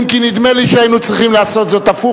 אם כי נדמה לי שהיינו צריכים לעשות זאת הפוך,